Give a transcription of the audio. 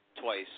twice